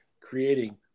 creating